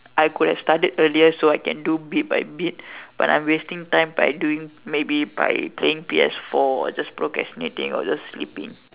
I could have started earlier so I can do bit by bit but I'm wasting time by doing maybe by playing P_S-four or just procrastinating or just sleeping